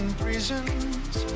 prisons